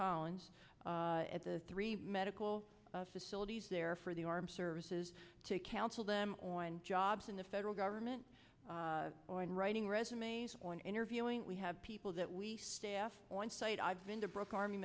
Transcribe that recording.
collins at the three medical facilities there for the armed services to counsel them on jobs in the federal government or in writing resumes on interviewing we have people that we staff on site i've been to brooke army